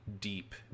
deep